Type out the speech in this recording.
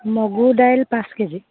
মগু দাইল পাঁচ কেজি